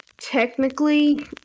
technically